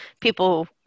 people